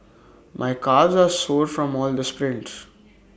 my calves are sore from all the sprints